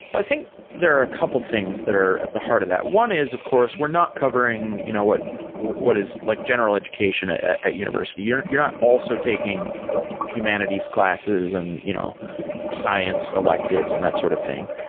i think there are a couple things that are at the heart of that. one is, of course, we're not covering you know what what is like general education at university. you're you're not also taking humanities classes and you know science electives science electives and that sort of thing,